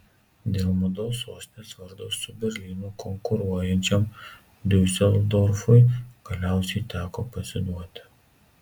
dėl mados sostinės vardo su berlynu konkuruojančiam diuseldorfui galiausiai teko pasiduoti